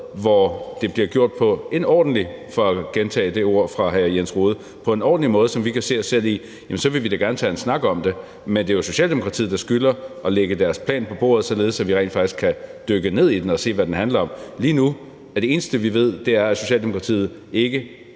hvor det bliver gjort på en ordentlig måde – for at gentage det ord af hr. Jens Rohde – som vi kan se os selv i, så vil vi da gerne tage en snak om det. Men det er jo Socialdemokratiet, der skylder at lægge deres plan på bordet, således at vi rent faktisk kan dykke ned i den og se, hvad den handler om. Lige nu er det eneste, vi ved, at Socialdemokratiet